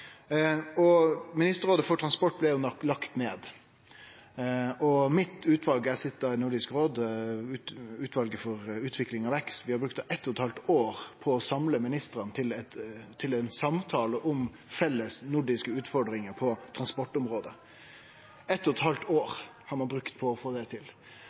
Ministerrådet for transport blei jo lagt ned. Eg sit i Nordisk råd i utvalet for utvikling og vekst. Vi har brukt eitt og eit halvt år på å samle ministrane til ein samtale om felles nordiske utfordringar på transportområdet. Eitt og eit halvt år har ein brukt på å få det til.